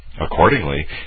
Accordingly